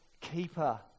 keeper